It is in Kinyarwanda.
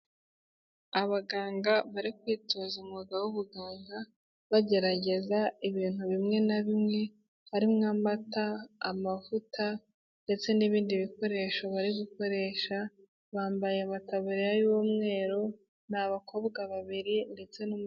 Abaganga bari kwitoza umwuga w'ubuganga, bagerageza ibintu bimwe na bimwe harimo: amata, amavuta ndetse n'ibindi bikoresho bari gukoresha, bambaye amataburiya y'umweru, ni abakobwa babiri ndetse n'umusore.